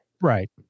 Right